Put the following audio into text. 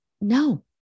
no